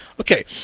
Okay